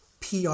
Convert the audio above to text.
PR